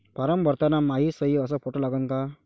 Form भरताना मायी सयी अस फोटो लागन का?